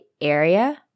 area